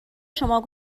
شما